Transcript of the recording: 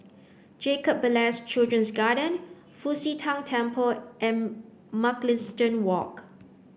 Jacob Ballas Children's Garden Fu Xi Tang Temple and Mugliston Walk